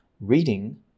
reading